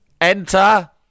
Enter